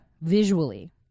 visually